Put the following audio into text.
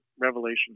Revelation